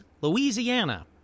Louisiana